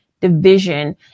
division